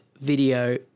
video